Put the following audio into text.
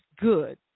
good